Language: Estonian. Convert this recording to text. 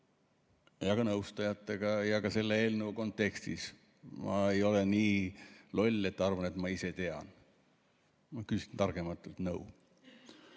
ja ka nõustajatega ja [nii] ka selle eelnõu kontekstis. Ma ei ole nii loll, et arvan, et ma ise tean – ma küsin targematelt nõu.